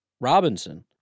Robinson